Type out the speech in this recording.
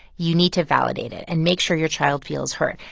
you need to validate it and make sure your child feels heard.